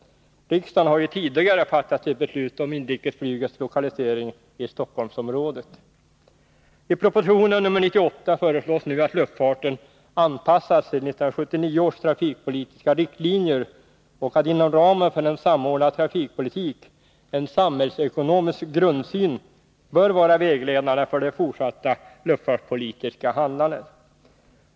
Riksdagen har ju tidigare fattat sitt beslut om inrikesflygets lokalisering i Stockholmsområdet. I proposition nr 98 föreslås nu att luftfarten anpassas till 1979 års trafikpolitiska riktlinjer och att inom ramen för en samordnad trafikpolitik en samhällsekonomisk grundsyn skall vara vägledande för det fortsatta luftfartspolitiska handlandet.